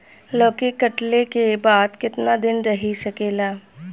लौकी कटले के बाद केतना दिन रही सकेला?